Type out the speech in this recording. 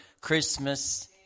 Christmas